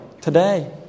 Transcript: today